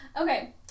Okay